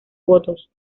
votos